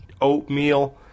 oatmeal